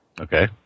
Okay